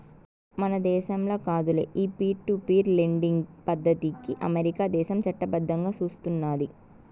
మన దేశంల కాదులే, ఈ పీర్ టు పీర్ లెండింగ్ పద్దతికి అమెరికా దేశం చట్టబద్దంగా సూస్తున్నాది